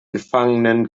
gefangenen